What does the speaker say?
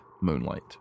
moonlight